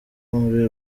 muri